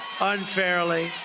unfairly